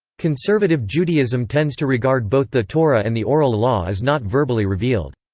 conservative judaism tends to regard both the torah and the oral law as not verbally revealed.